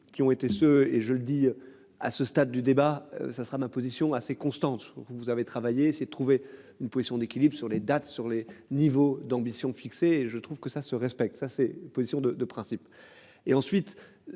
qui ont été ce et je le dis à ce stade du débat. Ça sera ma position assez constante. Vous, vous avez travaillé c'est trouver une position d'équilibre sur les dates sur les niveaux d'ambition fixée. Je trouve que ça se respecte. Ça c'est la position de de principes et ensuite.